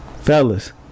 Fellas